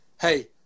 hey